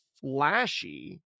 flashy